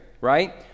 right